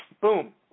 boom